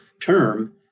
term